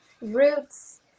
roots